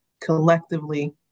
collectively